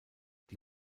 die